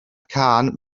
cân